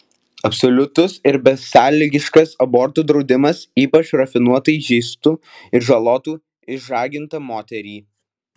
absoliutus ir besąlygiškas abortų draudimas ypač rafinuotai žeistų ir žalotų išžagintą moterį